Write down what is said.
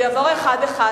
אני אעבור אחד-אחד,